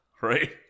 right